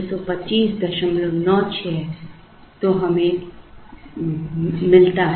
तो यह 20362597 1216276 10000663682 19099212 1216276 47109 20362597 तो हमें 20362597 मिलता है